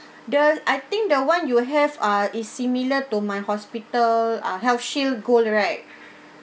the I think the one you have ah is similar to my hospital uh health shield gold right